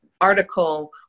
article